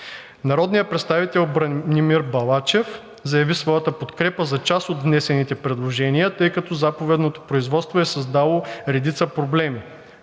Народният представител Бранимир Балачев заяви своята подкрепа за част от внесените предложения, тъй като заповедното производство е създавало редица проблеми.